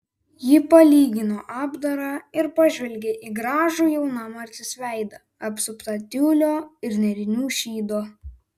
ji palygino apdarą ir pažvelgė į gražų jaunamartės veidą apsuptą tiulio ir nėrinių šydo